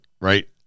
right